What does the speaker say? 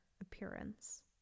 appearance